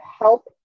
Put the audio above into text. help